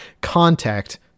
contact